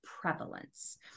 prevalence